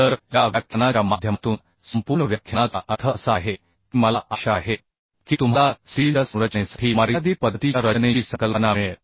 तर या व्याख्यानाच्या माध्यमातून संपूर्ण व्याख्यानाचा अर्थ असा आहे की मला आशा आहे की तुम्हाला स्टीलच्या संरचनेसाठी मर्यादित पद्धतीच्या रचनेची संकल्पना मिळेल